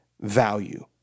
value